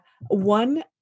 one